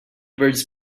birds